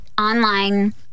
online